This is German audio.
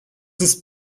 ist